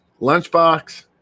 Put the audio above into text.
lunchbox